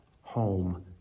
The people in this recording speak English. home